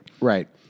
Right